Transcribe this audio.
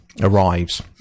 arrives